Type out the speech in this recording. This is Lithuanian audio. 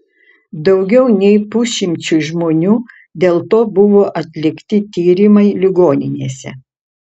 daugiau nei pusšimčiui žmonių dėl to buvo atlikti tyrimai ligoninėse